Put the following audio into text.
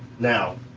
now,